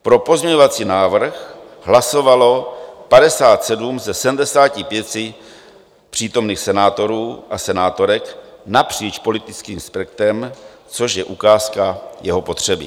Pro pozměňovací návrh hlasovalo 57 ze 75 přítomných senátorů a senátorek napříč politickým spektrem, což je ukázka jeho potřeby.